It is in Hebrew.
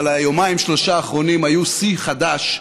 אבל היומיים-שלושה האחרונים היו שיא חדש,